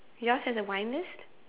yours has a wine list